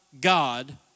God